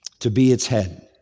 to be its head.